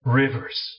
rivers